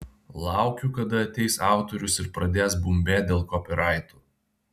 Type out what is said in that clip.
laukiu kada ateis autorius ir pradės bumbėt dėl kopyraitų